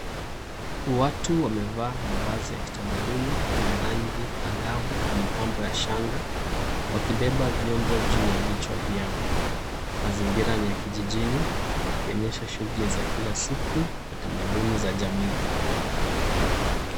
Watu wamevaa mavazi ya kitamaduni yenye rangi angavu na mapambo ya shanga, wakibeba vyombo juu ya vichwa vyao. Mazingira ni ya kijijini, yakionyesha shughuli za kila siku na tamaduni za jamii.